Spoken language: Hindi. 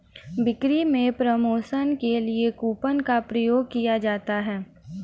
बिक्री में प्रमोशन के लिए कूपन का प्रयोग किया जाता है